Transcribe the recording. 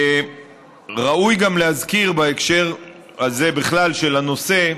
ראוי גם להזכיר, בהקשר הזה בכלל של הנושא,